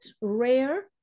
rare